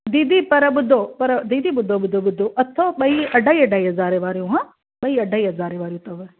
दीदी पर ॿुधो पर दीदी ॿुधो ॿुधो ॿुधो अथव ॿई अढाई अढाई हज़ारे वारी हा ॿई अढाई हज़ारे वारी अथव